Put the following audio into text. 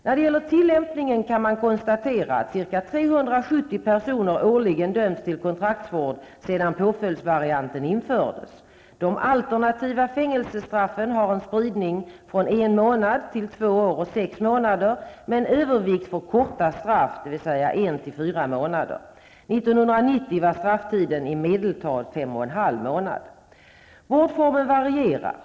När det gäller tillämpningen kan man konstatera att ca 370 personer årligen dömts till kontraktsvård sedan påföljdsvarianten infördes. De alternativa fängelsestraffen har en spridning från en månad till två år och sex månader med en övervikt för korta straff, dvs. straff på mellan en och fyra månader. 1990 var strafftiden i medeltal fem och en halv månad. Vårdformerna varierar.